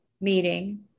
meeting